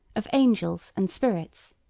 of angels and spirits,